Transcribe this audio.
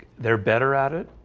they're better at it.